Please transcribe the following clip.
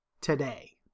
today